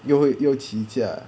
又会又起价